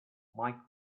mike